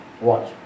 Watch